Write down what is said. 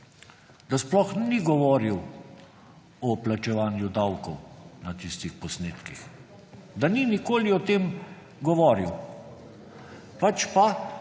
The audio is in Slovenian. da sploh ni govoril o plačevanju davkov na tistih posnetkih. Da ni nikoli o tem govoril. Pač pa,